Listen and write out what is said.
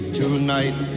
tonight